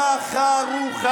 אתה אמור לעבוד.